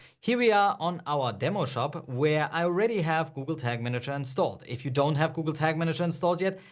here we are on our demo shop where i already have google tag manager installed. if you don't have google tag manager installed yet,